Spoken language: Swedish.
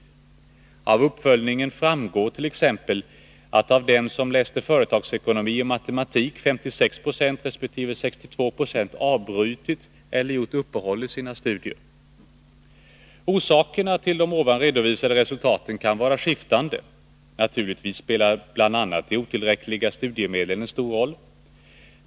Av uppföljningen framgår t.ex. att av dem som läste Orsakerna till här redovisade resultat kan vara skiftande. Naturligtvis spelar bl.a. de otillräckliga studiemedlen en stor roll.